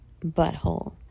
butthole